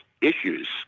issues